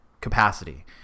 capacity